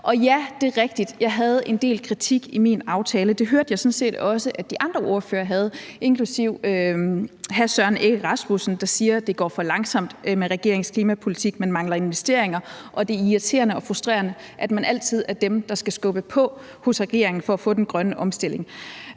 Ja, det er rigtigt, at jeg havde en del kritik i min tale, og det hørte jeg sådan set også at de andre ordførere havde inklusive hr. Søren Egge Rasmussen, der sagde, at det går for langsomt med regeringens klimapolitik, at der mangler investeringer, og at det er irriterende og frustrerende altid at være den, der skal skubbe på hos regeringen for at få den grønne omstilling.